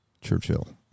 Churchill